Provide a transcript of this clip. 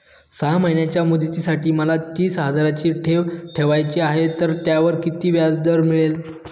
सहा महिन्यांच्या मुदतीसाठी मला तीस हजाराची ठेव ठेवायची आहे, तर त्यावर किती व्याजदर मिळेल?